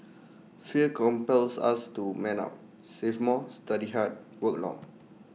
fear compels us to man up save more study hard work long